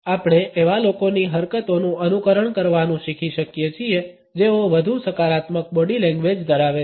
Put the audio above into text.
આપણે એવા લોકોની હરકતોનું અનુકરણ કરવાનું શીખી શકીએ છીએ જેઓ વધુ સકારાત્મક બોડી લેંગ્વેજ ધરાવે છે